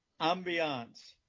ambiance